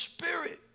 Spirit